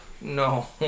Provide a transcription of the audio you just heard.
No